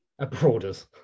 abroaders